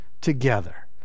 together